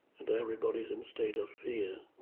and everybody's in state of fear.